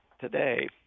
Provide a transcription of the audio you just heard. today